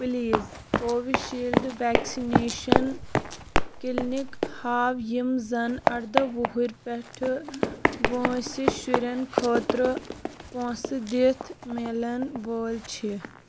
please Covishield vaccination clinic ہاو یِم زن اَرداہ وُہُر پٮ۪ٹھٕ وٲنٛسہِ شُرٮ۪ن خٲطرٕ پۅنٛسہٕ دِتھ میلن وٲلۍ چھِ